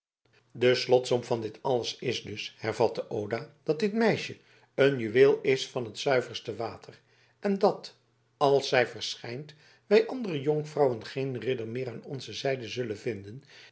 de slotsom van dit alles is dus hervatte oda dat dit meisje een juweel is van het zuiverste water en dat als zij verschijnt wij andere jonkvrouwen geen ridder meer aan onze zijde zullen vinden